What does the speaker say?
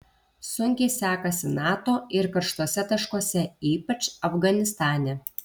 sunkiai sekasi nato ir karštuose taškuose ypač afganistane